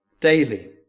daily